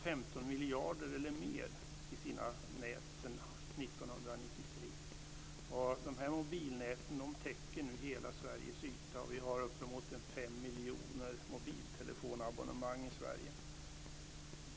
15 miljarder eller mer i sina nät. Mobilnäten täcker nu hela Sveriges yta, och det finns uppemot 5 miljoner mobiltelefonabonnemang i Sverige.